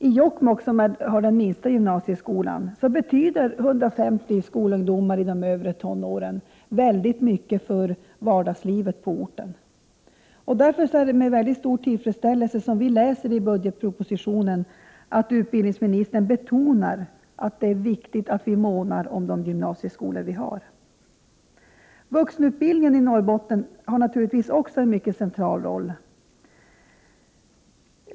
I Jokkmokk, som har den minsta gymnasieskolan, betyder 150 skolungdomar i de övre tonåren mycket för vardagslivet på orten. Det är därför med stor tillfredsställelse jag läser i budgetpropositionen att utbildningsministern betonar att det är viktigt att man månar om de gymnasieskolor som finns. Vuxenutbildningen i Norrbotten har naturligtvis också en mycket central roll.